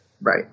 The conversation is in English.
Right